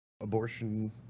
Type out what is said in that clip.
abortion